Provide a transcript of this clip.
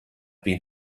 been